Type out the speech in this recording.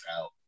out